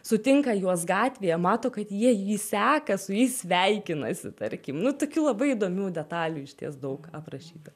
sutinka juos gatvėje mato kad jie jį seka su jais sveikinasi tarkim nu tokių labai įdomių detalių išties daug aprašyta